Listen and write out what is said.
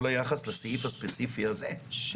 אתם מדברים על כיתות ה' עד ז' ברשות אדומה,